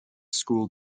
school